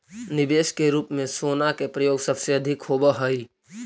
निवेश के रूप में सोना के प्रयोग सबसे अधिक होवऽ हई